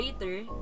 later